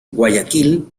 guayaquil